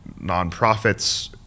nonprofits